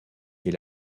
est